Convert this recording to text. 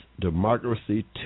democracy